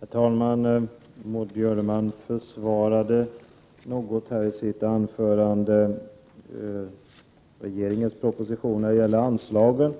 Herr talman! I sitt anförande försvarade Maud Björnemalm något regeringens proposition avseende anslagen.